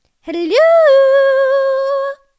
hello